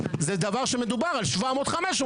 זה דבר שמדובר על 700/500,